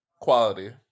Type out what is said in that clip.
Quality